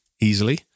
easily